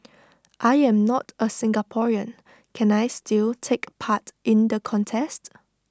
I am not A Singaporean can I still take part in the contest